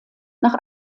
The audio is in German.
nach